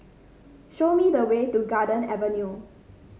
show me the way to Garden Avenue